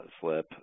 slip